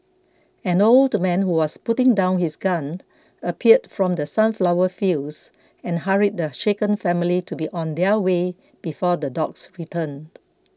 an old man who was putting down his gun appeared from the sunflower fields and hurried the shaken family to be on their way before the dogs return